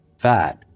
Fat